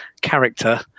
character